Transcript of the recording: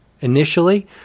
initially